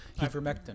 Ivermectin